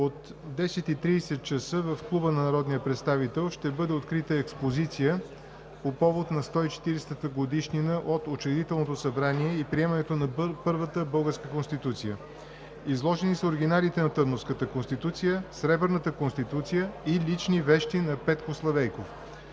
от 10,30 ч. в Клуба на народния представител ще бъде открита експозиция по повод на 140-та годишнина от Учредителното събрание и приемането на първата българска Конституция. Изложени са оригиналите на Търновската конституция, Сребърната конституция и лични вещи на Петко Славейков.